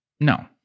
No